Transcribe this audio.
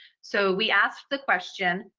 so we asked the question,